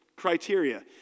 Criteria